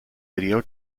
video